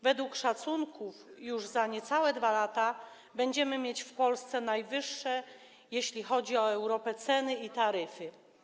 Według szacunków już za niecałe 2 lata będziemy mieć w Polsce najwyższe, jeśli chodzi o Europę, ceny i taryfy.